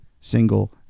single